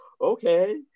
okay